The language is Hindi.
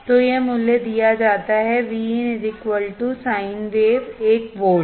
तो यह मूल्य दिया जाता हैVin साइन वेव 1 वोल्ट